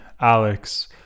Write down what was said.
Alex